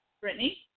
Brittany